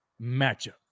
matchup